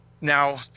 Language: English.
Now